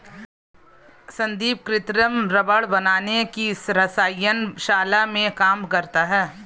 संदीप कृत्रिम रबड़ बनाने की रसायन शाला में काम करता है